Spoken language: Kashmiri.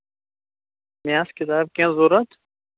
مےٚ آسہٕ کِتاب کینٛہہ ضوٚرتھ